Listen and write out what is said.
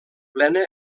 plena